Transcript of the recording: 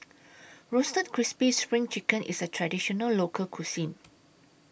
Roasted Crispy SPRING Chicken IS A Traditional Local Cuisine